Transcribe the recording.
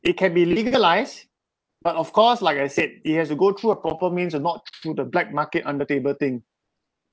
it can be legalised but of course like I said it has to go through a proper means and not through the black market under table thing